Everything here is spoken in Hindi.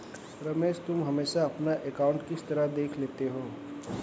रमेश तुम हमेशा अपना अकांउट किस तरह देख लेते हो?